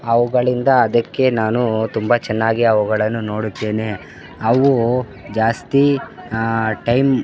ಅವುಗಳಿಂದ ಅದಕ್ಕೆ ನಾನು ತುಂಬ ಚೆನ್ನಾಗಿ ಅವುಗಳನ್ನು ನೋಡುತ್ತೇನೆ ಅವು ಜಾಸ್ತಿ ಟೈಮ್